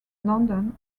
london